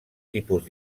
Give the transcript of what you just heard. tipus